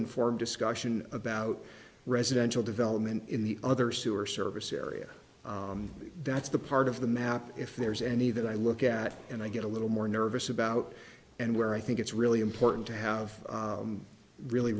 informed discussion about residential development in the other sewer service area that's the part of the map if there's any that i look at and i get a little more nervous about and where i think it's really important to have really